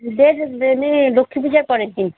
দে দে নি লক্ষী পূজার পরের দিন